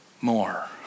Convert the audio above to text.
more